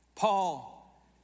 Paul